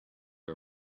our